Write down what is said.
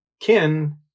Ken